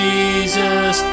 Jesus